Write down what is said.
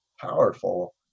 powerful